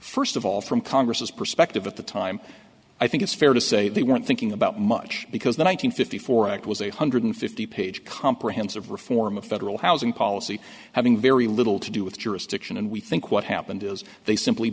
first of all from congress's perspective at the time i think it's fair to say they weren't thinking about much because the one nine hundred fifty four act was eight hundred fifty page comprehensive reform of federal housing policy having very little to do with jurisdiction and we think what happened is they simply